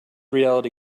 reality